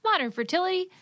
Modernfertility